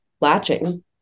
latching